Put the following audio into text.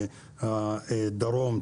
דרום,